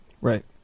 Right